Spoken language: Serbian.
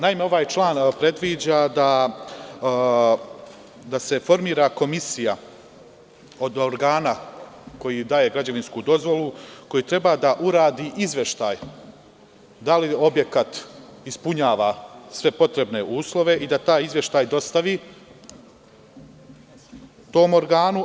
Naime, ovaj član predviđa da se formira komisija od organa koji daje građevinsku dozvolu koji treba da uradi izveštaj da li objekat ispunjava sve potrebne uslove i da taj izveštaj dostavi tom organu.